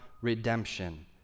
redemption